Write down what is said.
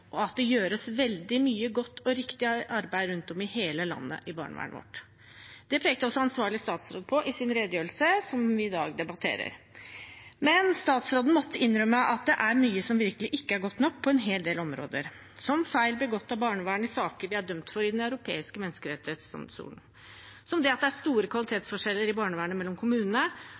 og at det gjøres veldig mye godt og riktig arbeid rundt om i hele landet i barnevernet vårt. Det pekte også ansvarlig statsråd på i sin redegjørelse, som vi i dag debatterer. Men statsråden måtte innrømme at det er mye som virkelig ikke er godt nok på en hel del områder, som feil begått av barnevernet i saker vi er dømt for i Den europeiske menneskerettsdomstol, at det er store kvalitetsforskjeller i barnevernet mellom kommunene,